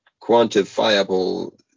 quantifiable